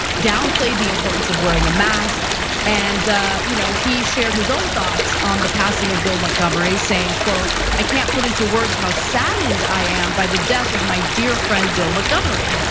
downplayed the importance of wearing a mask and you know he shared his own thoughts on the passing of bill montgomery saying quote, i can't put into words how saddened i am by the death of my dear friend bill montgomery.